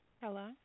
Hello